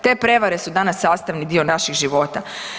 Te prevare su danas sastavni dio naših života.